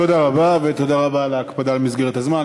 תודה רבה, ותודה רבה על ההקפדה על מסגרת הזמן.